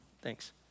thanks